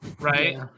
right